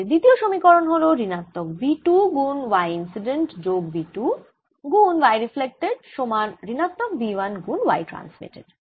আমাদের দ্বিতীয় সমীকরণ হল ঋণাত্মক v 2 গুন y ইন্সিডেন্ট যোগ v 2 গুন y রিফ্লেক্টেড সমান ঋণাত্মক v 1 গুন y ট্রান্সমিটেড